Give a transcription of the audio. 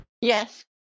Yes